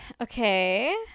okay